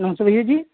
नमस्ते भैया जी